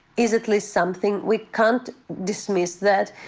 is at least something. we can't dismiss that.